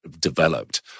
developed